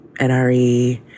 NRE